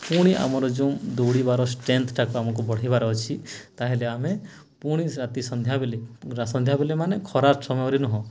ପୁଣି ଆମର ଯୋଉ ଦୌଡ଼ିବାର ଷ୍ଟ୍ରେନ୍ଥଟାକୁ ଆମକୁ ବଢ଼େଇବାର ଅଛି ତାହେଲେ ଆମେ ପୁଣି ରାତି ସନ୍ଧ୍ୟାବେଳେ ସନ୍ଧ୍ୟାବେଳେ ମାନେ ଖରାର ସମୟରେ ନୁହଁ